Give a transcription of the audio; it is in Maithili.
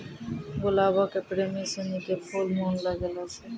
गुलाबो के प्रेमी सिनी के फुल मानलो गेलो छै